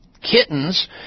Kittens